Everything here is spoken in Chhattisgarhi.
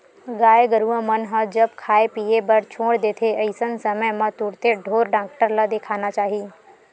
गाय गरुवा मन ह जब खाय पीए बर छोड़ देथे अइसन समे म तुरते ढ़ोर डॉक्टर ल देखाना चाही